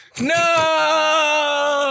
no